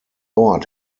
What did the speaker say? ort